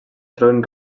troben